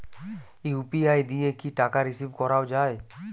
UPI দিয়ে কি টাকা রিসিভ করাও য়ায়?